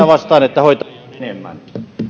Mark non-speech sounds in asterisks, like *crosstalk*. *unintelligible* vastaan että hoitajia on enemmän